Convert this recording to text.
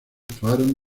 actuaron